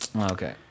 Okay